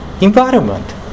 environment